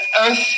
Earth